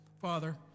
Father